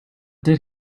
did